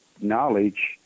knowledge